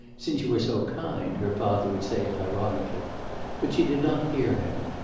since you are so kind her father would say ironically but she did not hear him.